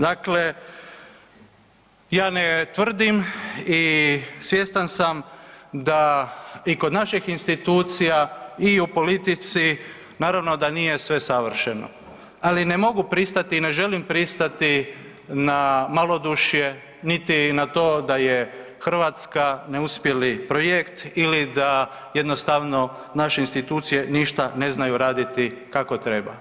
Dakle, ja ne tvrdim i svjestan sam da i kod naših institucija i u politici, naravno da nije sve savršeno, ali ne mogu pristati i ne želim pristati na malodušje niti na to da je Hrvatska neuspjeli projekt ili da jednostavno naše institucije ništa ne znaju raditi kako treba.